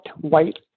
white